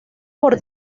por